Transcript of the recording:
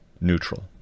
neutral